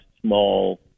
small